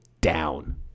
down